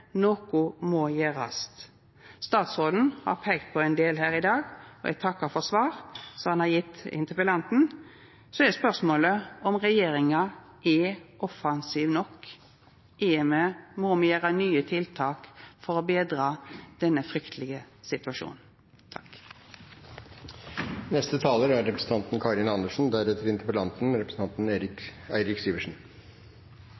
Noko må gjerast. Statsråden har peikt på ein del her i dag, og eg takkar for svar som han har gjeve interpellanten. Så er spørsmålet om regjeringa er offensiv nok. Må me gjera nye tiltak for å betra denne fryktelege situasjonen? Det som er